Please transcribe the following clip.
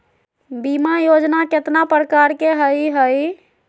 बीमा योजना केतना प्रकार के हई हई?